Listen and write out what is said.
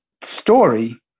story